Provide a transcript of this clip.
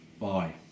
Bye